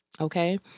Okay